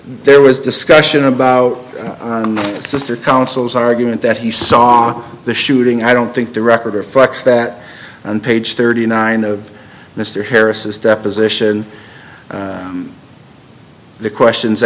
there was discussion about sr council's argument that he saw the shooting i don't think the record reflects that on page thirty nine of mr harris's deposition the questions